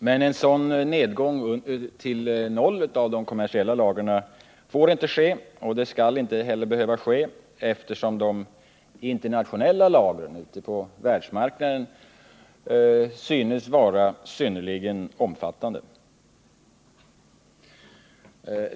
Men en nedgång av de kommersiella lagren till noll får inte ske, och något sådant skall inte heller behöva ske, eftersom lagren ute på världsmarknaden synes vara synnerligen omfattande.